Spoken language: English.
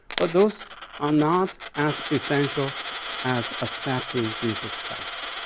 but those are not as essential as accepting jesus christ,